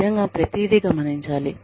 నిజంగా ప్రతిదీ గమనించాలి